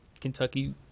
Kentucky